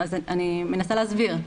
אני מנסה להסביר.